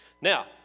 Now